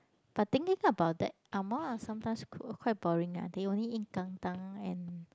but thinking about that Angmohs are sometimes quite boring they only eat kantang and